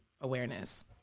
awareness